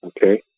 Okay